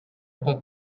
pot